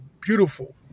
beautiful